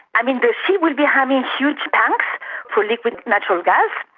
i mean, the ship will be having huge tanks for liquid natural gas,